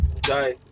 die